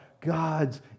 God's